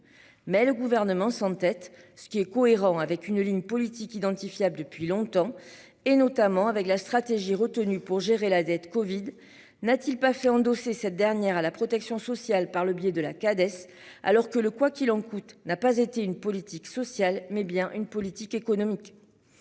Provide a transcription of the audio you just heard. mais le gouvernement s'en-tête. Ce qui est cohérent avec une ligne politique identifiable depuis longtemps et notamment avec la stratégie retenue pour gérer la dette Covid n'a-t-il pas fait endosser cette dernière à la protection sociale par le biais de la cadet alors que le quoi qu'il en coûte n'a pas été une politique sociale mais bien une politique économique.